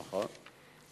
נכון.